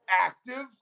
Active